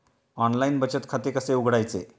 Online बचत खाते कसे उघडायचे?